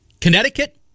Connecticut